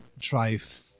drive